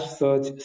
search